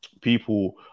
people